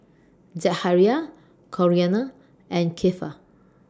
Zachariah Corinna and Keifer